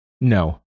No